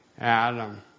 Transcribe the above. Adam